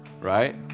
right